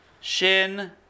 Shin